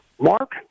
Mark